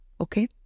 Okay